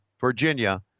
Virginia